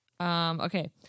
Okay